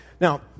Now